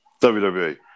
WWE